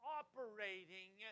operating